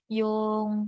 yung